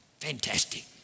fantastic